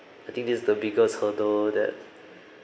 I think this is the biggest hurdle that